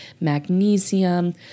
magnesium